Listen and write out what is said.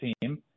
team